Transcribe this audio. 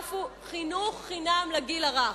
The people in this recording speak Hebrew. המועדף הוא חינוך חינם לגיל הרך.